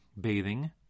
bathing